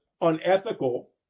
unethical